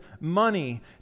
money